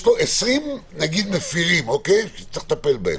יש לו נגיד 20 מפרים שצריך לטפל בהם.